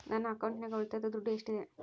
ನನ್ನ ಅಕೌಂಟಿನಾಗ ಉಳಿತಾಯದ ದುಡ್ಡು ಎಷ್ಟಿದೆ?